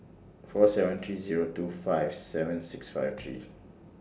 four seven three Zero two five seven six five three